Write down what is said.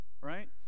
right